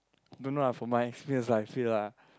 don't know lah from my experience lah I feel lah